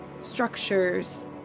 structures